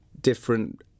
different